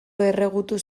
erregutu